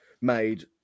made